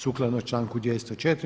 Sukladno članku 204.